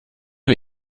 wir